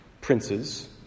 princes